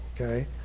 Okay